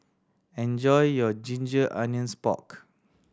enjoy your ginger onions pork